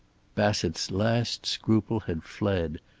bassett's last scruple had fled.